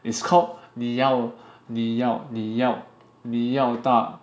it's called 你要你要你要你要大